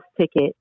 ticket